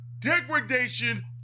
degradation